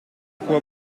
quoi